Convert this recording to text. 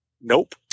Nope